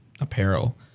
apparel